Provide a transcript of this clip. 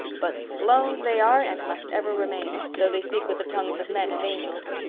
but sloanes they are and must ever remain, though they speak with the tongues of men and angels.